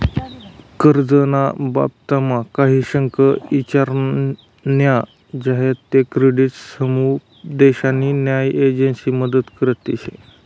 कर्ज ना बाबतमा काही शंका ईचार न्या झायात ते क्रेडिट समुपदेशन न्या एजंसी मदत करतीस